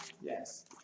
Yes